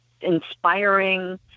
inspiring